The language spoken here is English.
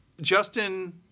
Justin